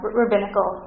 rabbinical